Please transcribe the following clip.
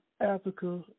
Africa